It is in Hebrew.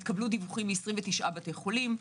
התקבלו דיווחים מ-29 בתי חולים.